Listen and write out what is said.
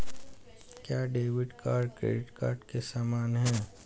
क्या debit card credit card के समान है?